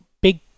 big